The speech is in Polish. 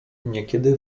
niekiedy